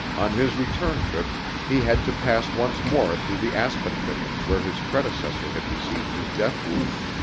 on his return trip he had to pass once more through the aspen thicket where his predecessor had received his death wound.